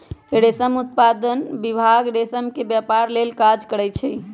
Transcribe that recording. रेशम उत्पादन विभाग रेशम के व्यपार लेल काज करै छइ